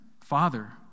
Father